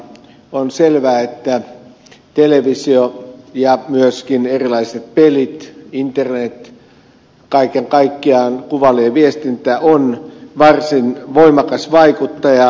on selvää että televisio ja myöskin erilaiset pelit internet kaiken kaikkiaan kuvallinen viestintä on varsin voimakas vaikuttaja